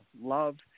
Love